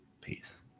Peace